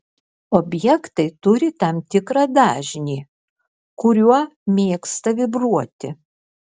objektai turi tam tikrą dažnį kuriuo mėgsta vibruoti